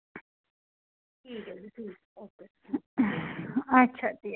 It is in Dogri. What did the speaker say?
अच्छा जी